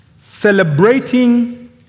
celebrating